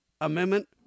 Amendment